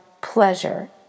pleasure